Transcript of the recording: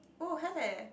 oh have eh